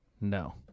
no